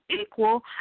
equal